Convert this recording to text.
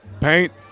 Paint